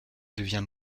devient